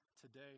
Today